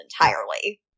entirely